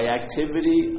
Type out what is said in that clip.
activity